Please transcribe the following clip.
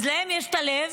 אז להם יש את הלב,